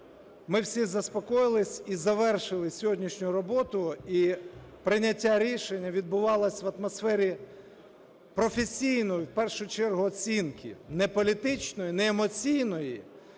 ми всі заспокоїлися і завершили сьогоднішню роботу, і прийняття рішення відбувалося в атмосфері професійної, в першу чергу, оцінки. Не політичної, не емоційної,